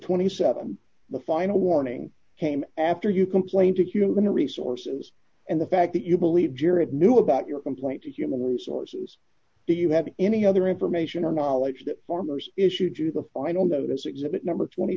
twenty seven the final warning came after you complained to human resources and the fact that you believe jared knew about your complaint to human resources do you have any other information or knowledge that farmers issued you the final notice exhibit number twenty